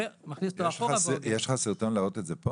מכניס אותו אחורה --- יש לך פה סרטון כדי להראות את זה?